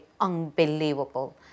unbelievable